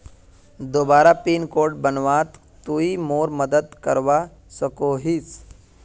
दोबारा pin code बनवात तुई मोर मदद करवा सकोहिस?